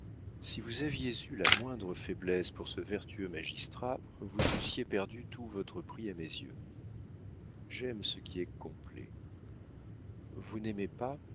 si vous aviez eu la moindre faiblesse pour ce vertueux magistrat vous eussiez perdu tout votre prix à mes yeux j'aime ce qui est complet vous n'aimez pas